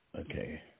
Okay